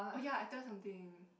oh ya I tell you something